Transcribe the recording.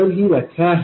तर ही व्याख्या आहे